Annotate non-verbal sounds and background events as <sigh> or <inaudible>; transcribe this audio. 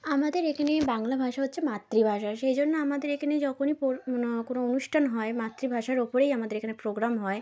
আমাদের এখানে বাংলা ভাষা হচ্ছে মাতৃভাষা সেই জন্য আমাদের এখানে যখনই <unintelligible> কোনো অনুষ্ঠান হয় মাতৃভাষার ওপরেই আমাদের এখানে প্রোগ্রাম হয়